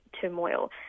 turmoil